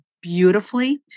beautifully